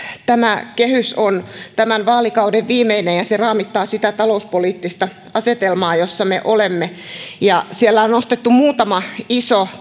tämä kehys on tämän vaalikauden viimeinen ja se raamittaa sitä talouspoliittista asemaa jossa me olemme siellä on nostettu muutama iso